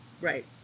Right